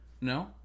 No